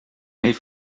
made